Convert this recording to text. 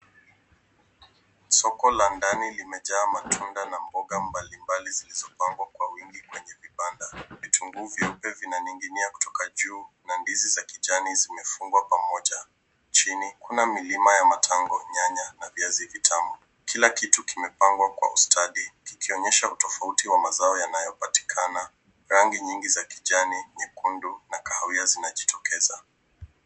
Soko la ndani limejaa matunda na mboga mbalimbali zilizopangwa kwa wingi kwenye vibanda. Vitunguu vyeupe vinaning'inia kutoka juu na ndizi za kijani zimefungwa pamoja. Chini kuna milima ya nyanya na viazi vitamu ziizopangwa vizuri kwa ustadi, ikionyesha tofauti ya mazao yanayopatikana. Rangi nyingi za kijani, nyekundu na kahawia zimejitokeza.